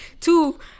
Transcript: Two